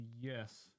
yes